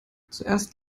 zuerst